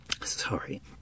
sorry